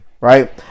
Right